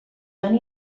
van